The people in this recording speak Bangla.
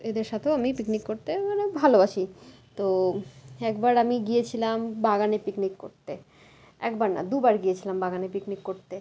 এদের সাথেও আমি পিকনিক করতে মানে ভালোবাসি তো একবার আমি গিয়েছিলাম বাগানে পিকনিক করতে একবার না দুবার গিয়েছিলাম বাগানে পিকনিক করতে